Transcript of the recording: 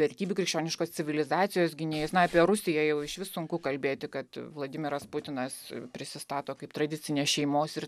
vertybių krikščioniškos civilizacijos gynėjais na apie rusiją jau išvis sunku kalbėti kad vladimiras putinas prisistato kaip tradicinės šeimos ir